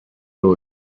road